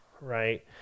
right